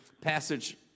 passage